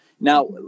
Now